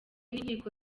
n’inkiko